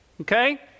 okay